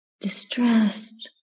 distressed